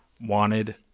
wanted